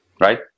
right